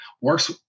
works